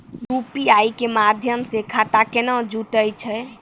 UPI के माध्यम से खाता केना जुटैय छै?